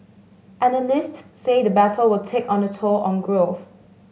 analysts say the battle will take on the toll on growth